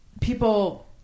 people